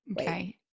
Okay